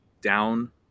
down